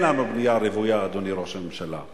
אין לנו בנייה רוויה, אדוני ראש הממשלה.